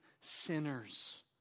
sinners